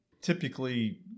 Typically